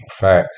Facts